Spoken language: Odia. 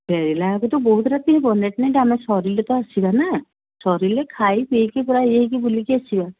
ଫେରିଲା ବେଳେକୁ ତ ବହୁତ ରାତି ହେବ ଲେଟ୍ ନାଇଟ୍ ଆମେ ସରିଲେ ତ ଆସିବାନା ସରିଲେ ଖାଇ ପିଇକି ପୁରା ଇଏ ହେଇକି ବୁଲିକି ଆସିବା